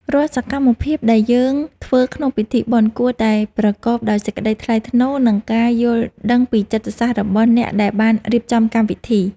រាល់សកម្មភាពដែលយើងធ្វើក្នុងពិធីបុណ្យគួរតែប្រកបដោយសេចក្តីថ្លៃថ្នូរ និងការយល់ដឹងពីចិត្តសាស្ត្ររបស់អ្នកដែលបានរៀបចំកម្មវិធី។